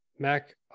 Mac